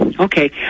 Okay